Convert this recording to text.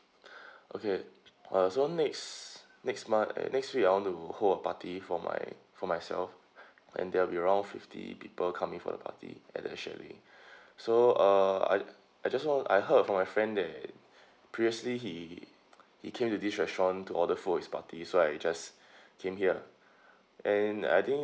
okay uh so next next month next week I want to hold a party for my for myself and there'll be around fifty people coming for the party at the chalet so err I I just want I heard from my friend that previously he he came to this restaurant to order food for his party so I just came here and I think